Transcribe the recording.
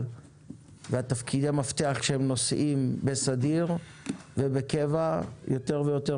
ותפקידי המפתח שהם נושאים בסדיר ובקבע יותר ויותר